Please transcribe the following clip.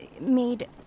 Made